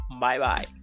Bye-bye